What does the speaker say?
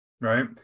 right